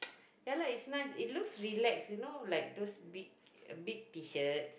ya lah is nice it look relax you know like those big big T-shirts